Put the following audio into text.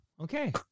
Okay